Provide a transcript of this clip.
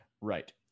right